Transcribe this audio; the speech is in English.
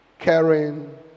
Caring